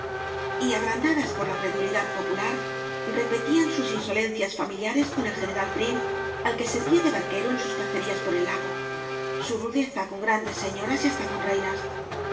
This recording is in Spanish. t agrandadas por la credulidad popular repetían sus insolencias familiares con el general prim al que servía de barquero en sus cacerías por el lago su rudeza con grandes señoras y hasta con reinas